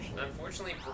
unfortunately